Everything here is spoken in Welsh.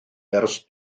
ers